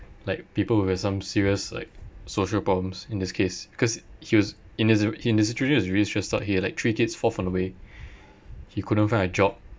like people who have some serious like social problems in this case because he was in his in his situation it's really stressed out he had like three kids fourth on the way he couldn't find a job